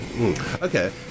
Okay